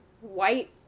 white